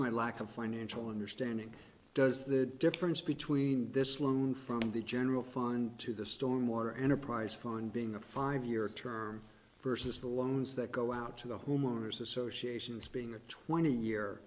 my lack of financial understandings does the difference between this loan from the general fund to the storm or enterprise fund being a five year term versus the loans that go out to the homeowners associations being a twenty year